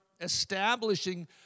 establishing